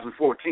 2014